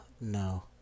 no